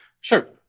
Sure